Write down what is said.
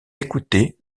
écoutée